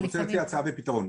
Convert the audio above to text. אני רוצה לתת הצעה לפתרון.